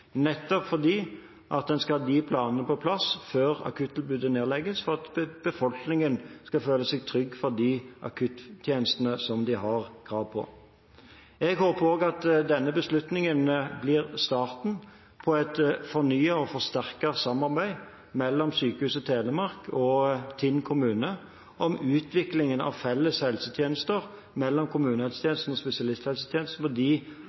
nettopp for at en skal ha de planene på plass før akuttilbudet nedlegges, slik at befolkningen skal føle seg trygg med tanke på de akuttjenestene som de har krav på. Jeg håper også at denne beslutningen blir starten på et fornyet og forsterket samarbeid mellom Sykehuset Telemark og Tinn kommune om utviklingen av felles helsetjenester mellom kommunehelsetjenesten og spesialisthelsetjenesten for de